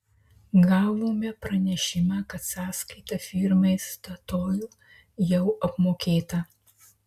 gavome pranešimą kad sąskaita firmai statoil jau apmokėta